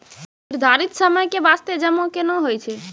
निर्धारित समय के बास्ते जमा केना होय छै?